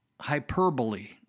hyperbole